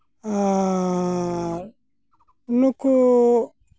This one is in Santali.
ᱟᱨᱻ ᱱᱩᱠᱩ